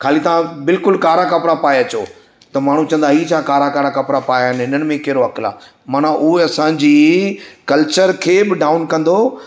खाली तव्हां बिल्कुलु कारा कपिड़ा पाए अचो त माण्हू चवंदा इहो छा कारा कारा कपिड़ा पाया आहिनि इन्हनि में कहिड़ो अकुलु आहे माना उहा असांजी कल्चर खे बि डाउन कंदो